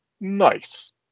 Nice